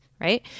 right